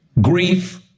grief